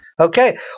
Okay